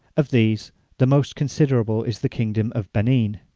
of these the most considerable is the kingdom of benen,